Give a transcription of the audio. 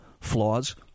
flaws